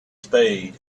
spade